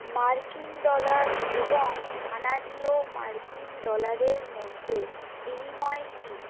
মার্কিন ডলার এবং কানাডীয় মার্কিন ডলারের মধ্যে বিনিময় কি